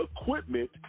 equipment